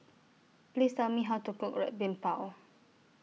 Please Tell Me How to Cook Red Bean Bao